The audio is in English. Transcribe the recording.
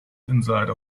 inside